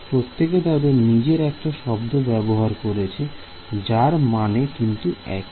প্রত্যেকে তাদের নিজের একটা শব্দ ব্যবহার করেছে যার মানে কিন্তু একি